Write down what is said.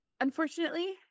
unfortunately